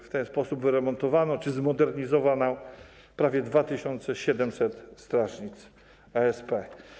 W ten sposób wyremontowano czy zmodernizowano prawie 2700 strażnic OSP.